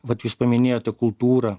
vat jūs paminėjote kultūrą